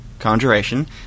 Conjuration